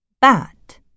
Bat